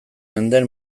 mendean